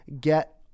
get